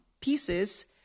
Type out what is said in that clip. pieces